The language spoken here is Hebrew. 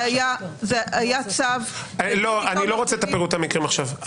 היה צו --- אני לא רוצה את פירוט המקרים עכשיו.